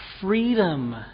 freedom